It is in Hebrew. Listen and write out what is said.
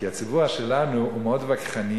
כי הציבור שלנו הוא מאוד וכחני,